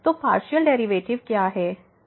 तो partial derivative क्या है